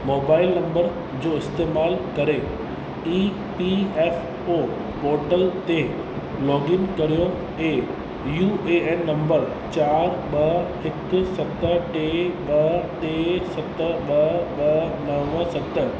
mobile number जो इस्तेमालु करे E P F O portal ते लोगइन करियो ऐं यू ए एन नंबर चारि ॿ हिकु सत टे ॿ टे सत ॿ ॿ नव सत